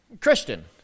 Christian